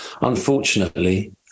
Unfortunately